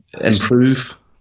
improve